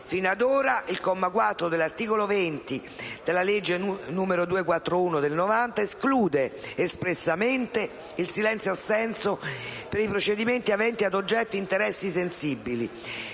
Fino ad ora il comma 4 dell'articolo 20 della legge n. 241 del 1990 esclude il silenzio assenso per i procedimenti aventi ad oggetto interessi sensibili,